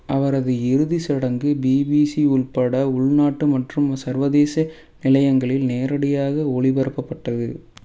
அவரது இறுதிச்சடங்கு பிபிசி உள்பட உள்நாட்டு மற்றும் சர்வதேச நிலையங்களில் நேரடியாக ஒளிபரப்பப்பட்டது